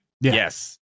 yes